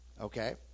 Okay